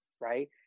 right